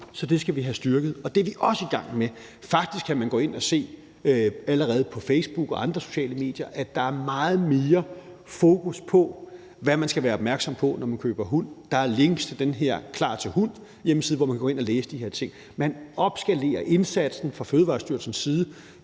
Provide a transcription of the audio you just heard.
så det skal vi have styrket – og det er vi også i gang med. Faktisk kan man allerede gå ind på Facebook og andre sociale medier og se, at der er meget mere fokus på, hvad man skal være opmærksom på, når man køber hund. Der er links til hjemmesiden »Klar til hund«, hvor man kan gå ind og læse de her ting. Man opskalerer indsatsen fra Fødevarestyrelsens side